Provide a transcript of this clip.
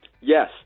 Yes